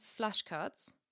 flashcards